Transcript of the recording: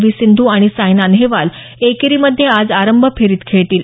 we Sindhu आणि सायना नेहवाल एकेरीमध्ये आज आरंभ फेरीत खेळतील